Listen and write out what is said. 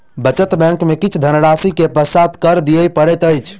बचत बैंक में किछ धनराशि के पश्चात कर दिअ पड़ैत अछि